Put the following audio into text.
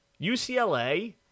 UCLA